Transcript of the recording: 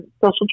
social